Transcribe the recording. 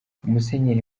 musenyeri